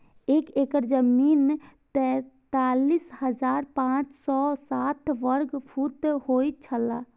एक एकड़ जमीन तैंतालीस हजार पांच सौ साठ वर्ग फुट होय छला